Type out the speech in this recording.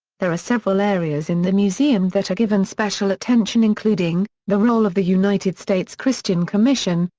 there are several areas in the museum that are given special attention including the role of the united states christian commission,